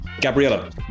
Gabriella